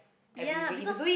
ya because